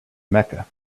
mecca